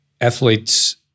athletes